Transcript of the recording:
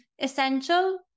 essential